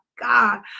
God